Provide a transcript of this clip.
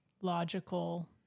logical